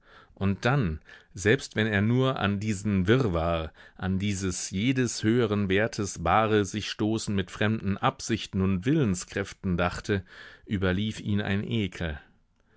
und dann selbst wenn er nur an diesen wirrwarr an dieses jedes höheren wertes bare sichstoßen mit fremden absichten und willenskräften dachte überlief ihn ein ekel